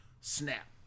snap